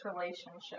relationship